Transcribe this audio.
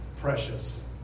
precious